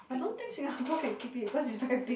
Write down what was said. I don't think Singapore can keep it because it's very big